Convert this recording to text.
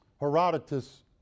Herodotus